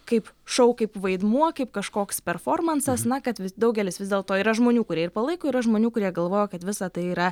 kaip šou kaip vaidmuo kaip kažkoks performansas na kad daugelis vis dėlto yra žmonių kurie ir palaiko yra žmonių kurie galvoja kad visa tai yra